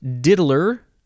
Diddler